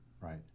Right